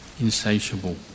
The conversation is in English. insatiable